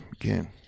Again